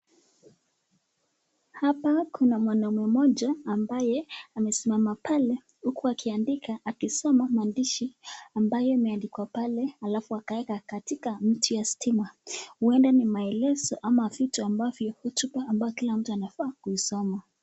Hapa kuna mwanamme mmoja ambaye amesimama pale huku akiandika akisoma maandishi ambayo imeandikwa pale alafu akaweka katika mti wa stima. Huenda ni maelezo ama vitu ambavyo, hotuba ambayo kila mtu anafaa kuisoma